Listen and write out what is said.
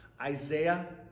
Isaiah